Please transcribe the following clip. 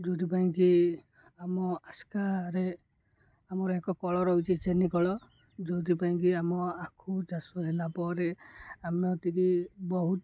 ଯେଉଁଥିପାଇଁ କି ଆମ ଆସ୍କାରେ ଆମର ଏକ କଳ ରହୁଛି ଚିନି କଳ ଯେଉଁଥିପାଇଁ କିି ଆମ ଆଖୁ ଚାଷ ହେଲା ପରେ ଆମ କତିକି ବହୁତ